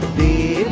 the